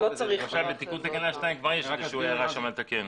עכשיו בתיקון תקנה 2 יש הערה שם לתקן.